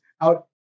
out